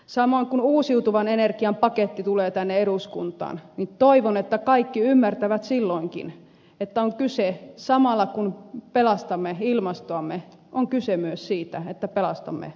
samoin kun uusiutuvan energian paketti tulee tänne eduskuntaan niin toivon että kaikki ymmärtävät silloinkin että samalla kun pelastamme ilmastoamme on kyse myös siitä että pelastamme maaseutua